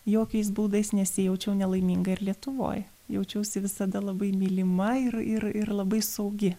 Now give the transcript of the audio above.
jokiais būdais nesijaučiau nelaiminga ir lietuvoj jaučiausi visada labai mylima ir ir ir labai saugi